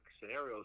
scenarios